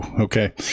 Okay